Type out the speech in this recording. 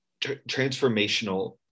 transformational